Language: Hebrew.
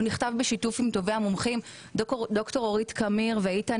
הוא נכתב בשיתוף טובי המומחים: ד"ר אורית קמיר ואיתן